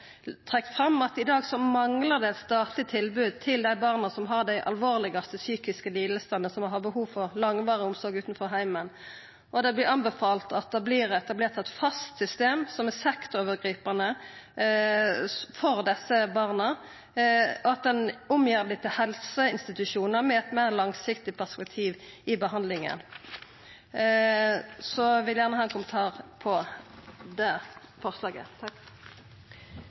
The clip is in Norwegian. statleg tilbod til dei barna som har dei alvorlegaste psykiske lidingane og har behov for langvarig omsorg utanfor heimen. Det vert anbefalt at det vert etablert eit fast system som er sektorovergripande for desse barna, og at ein gjer dei om til helseinstitusjonar med eit meir langsiktig perspektiv på behandlinga. Eg vil gjerne ha ein kommentar til det forslaget.